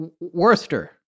Worcester